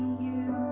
you